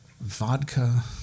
vodka